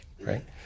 right